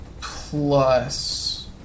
plus